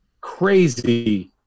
crazy